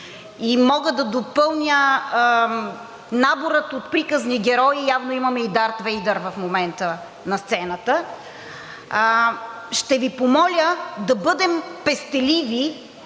и мога да допълня набора от приказни герои, явно имаме и Дарт Вейдър в момента на сцената, ще Ви помоля да бъдем пестеливи